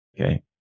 okay